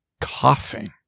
coughing